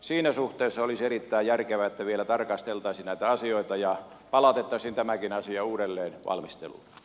siinä suhteessa olisi erittäin järkevää että vielä tarkasteltaisiin näitä asioita ja palautettaisiin tämäkin asia uudelleen valmisteluun